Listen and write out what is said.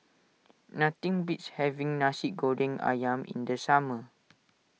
nothing beats having Nasi Goreng Ayam in the summer